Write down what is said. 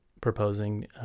proposing